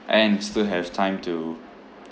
and still have time to